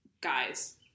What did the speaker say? guys